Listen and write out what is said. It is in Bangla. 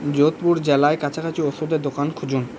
যোধপুর জেলায় কাছাকাছি ওষুধের দোকান খুঁজুন